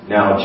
Now